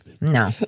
No